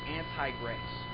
anti-grace